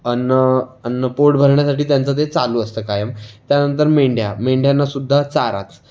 अन्न अन्न पोट भरण्यासाटी त्यांचं ते चालू असतं कायम त्यानंतर मेंढ्या मेंढ्यानासुद्धा चाराच